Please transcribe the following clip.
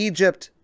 Egypt